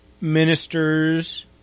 ministers